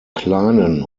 kleinen